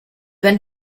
been